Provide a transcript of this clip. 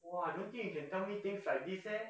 !wah! I don't think you can tell me things like this leh